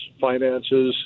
finances